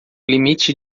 limite